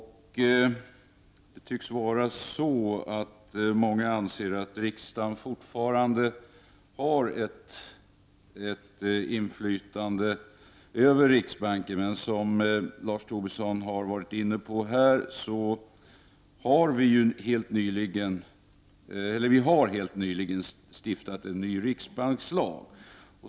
Det tycks vara så att många anser att riksdagen fortfarande har ett inflytande över riksbanken. Men vi har, vilket Lars Tobisson har varit inne på, helt nyligen stiftat en ny riksbankslag.